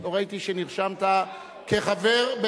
לא ראיתי שנרשמת כחבר,